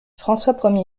françois